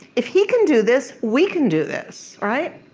if he can do this, we can do this, right.